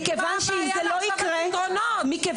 מכיוון שאם זה לא יקרה --- חברים,